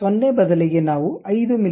0 ಬದಲಿಗೆ ನಾವು 5 ಮಿ